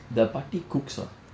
the paatti cooks ah